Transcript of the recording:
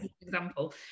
example